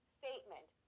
statement